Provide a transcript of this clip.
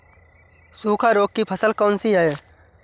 सूखा रोग की फसल कौन सी है?